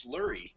slurry